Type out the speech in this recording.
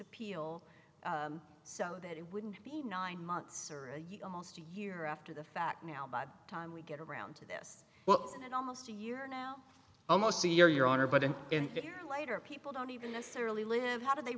appeal so that it wouldn't be nine months or almost a year after the fact now by the time we get around to this well and almost a year now almost a year your honor but in lighter people don't even necessarily live how do they